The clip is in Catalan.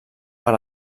per